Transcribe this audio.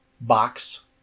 box